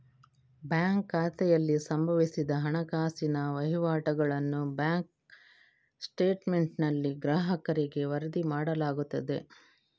bank ಖಾತೆಯಲ್ಲಿ ಸಂಭವಿಸಿದ ಹಣಕಾಸಿನ ವಹಿವಾಟುಗಳನ್ನು ಬ್ಯಾಂಕ್ ಸ್ಟೇಟ್ಮೆಂಟಿನಲ್ಲಿ ಗ್ರಾಹಕರಿಗೆ ವರದಿ ಮಾಡಲಾಗುತ್ತದೆ